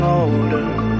older